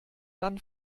dann